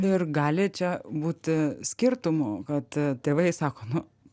ir gali čia būti skirtumų kad tėvai sako nu